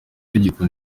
tegeko